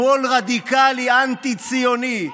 שמאל רדיקלי אנטי-ציוני.